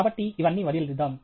కాబట్టి ఇవన్నీ వదిలేద్దాం